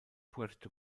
puerto